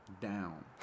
down